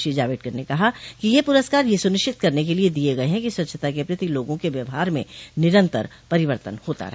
श्री जावडेकर ने कहा कि ये पुरस्कार यह सुनिश्चित करने के लिए दिए गए हैं कि स्वच्छता के प्रति लोगों के व्यवहार में निरंतर परितर्वन होता रहे